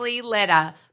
letter